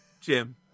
Jim